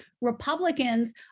Republicans